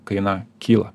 kaina kyla